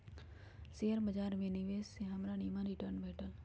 share बाजार में निवेश से हमरा निम्मन रिटर्न भेटल